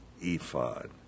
ephod